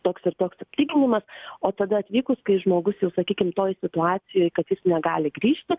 toks ir toks atlyginimas o tada atvykus kai žmogus jau sakykim toj situacijoj kad jis negali grįžti